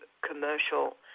commercial